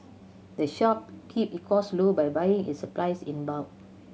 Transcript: the shop keep it cost low by buying its supplies in bulk